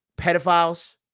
pedophiles